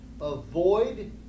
avoid